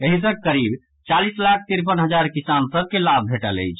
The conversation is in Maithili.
एहि सँ करीब चालीस लाख तिरपन हजार किसान सभ के लाभ भेटल अछि